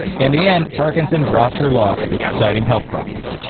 in the end parkinson dropped her lawsuit, citing health problems.